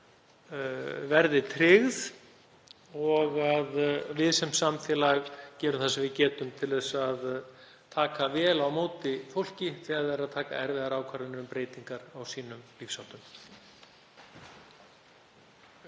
verði tryggð og að við sem samfélag gerum það sem við getum til að taka vel á móti fólki þegar það er að taka erfiðar ákvarðanir um breytingar á lífsháttum